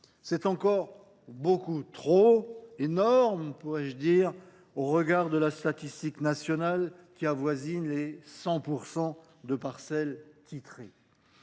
C’est encore beaucoup trop, pour ne pas dire énorme, au regard de la statistique nationale, qui avoisine les 100 % de parcelles titrées.